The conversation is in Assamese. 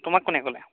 তোমাক কোনে ক'লে